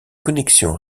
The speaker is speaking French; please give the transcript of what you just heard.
connexions